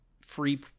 free